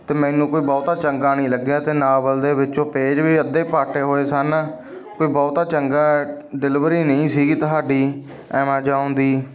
ਅਤੇ ਮੈਨੂੰ ਕੋਈ ਬਹੁਤਾ ਚੰਗਾ ਨਹੀਂ ਲੱਗਿਆ ਅਤੇ ਨਾਵਲ ਦੇ ਵਿੱਚੋਂ ਪੇਜ ਵੀ ਅੱਧੇ ਪਾਟੇ ਹੋਏ ਸਨ ਕੋਈ ਬਹੁਤਾ ਚੰਗਾ ਡਿਲਿਵਰੀ ਨਹੀਂ ਸੀਗੀ ਤੁਹਾਡੀ ਐਮਾਜੋਨ ਦੀ